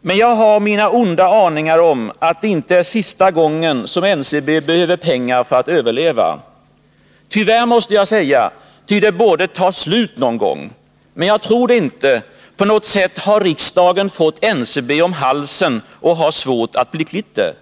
men jag har mina onda aningar om att det inte är sista gången som NCB behöver pengar för att överleva — tyvärr, måste jag säga, ty det borde ta slut någon gång. Men jag tror det inte! På något sätt har riksdagen fått NCB om halsen och har svårt att bli kvitt det.